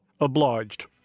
Obliged